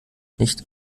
nicht